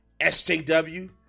SJW